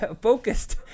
focused